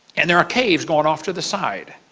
and there are caves going off to the sides,